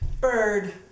Bird